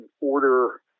order